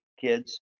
kids